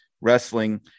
wrestling